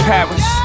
Paris